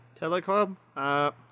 Teleclub